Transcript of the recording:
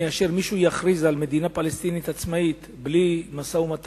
מאשר שמישהו יכריז על מדינה פלסטינית עצמאית בלי משא-ומתן,